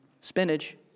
spinach